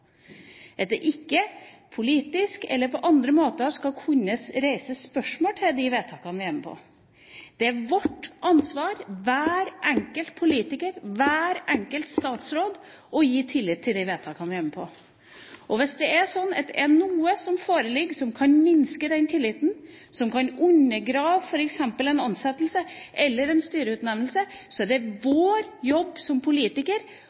at det ikke politisk eller på andre måter skal kunne reises spørsmål ved de vedtakene vi er med på. Det er vårt ansvar, hver enkelt politiker og hver enkelt statsråd, å sørge for tillit til de vedtakene vi er med på. Hvis det er sånn at det er noe som foreligger som kan minske den tilliten, som kan undergrave f.eks. en ansettelse eller en styreutnevnelse, er det vår jobb som